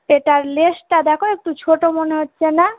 এটার লেসটা দেখো একটু ছোটো মনে হচ্ছে না